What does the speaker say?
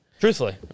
Truthfully